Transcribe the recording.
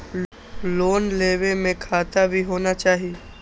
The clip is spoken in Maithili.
लोन लेबे में खाता भी होना चाहि?